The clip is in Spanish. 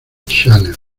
channel